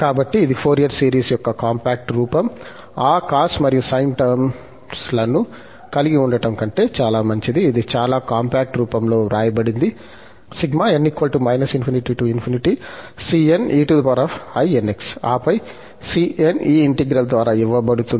కాబట్టి ఇది Fourier series యొక్క కాంపాక్ట్ రూపం ఆ cos మరియు sin టర్మ్స్ లను కలిగి ఉండటం కంటే చాలా మంచిది ఇది చాలా కాంపాక్ట్ రూపంలో వ్రాయబడింది ఆపై cn ఈ ఇంటిగ్రల్ ద్వారా ఇవ్వబడుతుంది